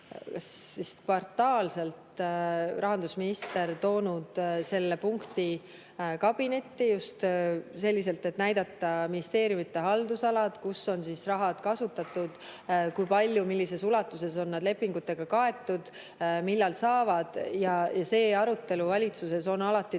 vist kvartaalselt rahandusminister toonud selle punkti kabinetti, just selliselt, et näidata ministeeriumide haldusalad, kus on rahalisi vahendeid kasutatud, kui palju ja millises ulatuses on need lepingutega kaetud, millal saadakse. See arutelu on valitsuses alati toonud